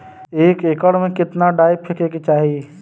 एक एकड़ में कितना डाई फेके के चाही?